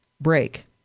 break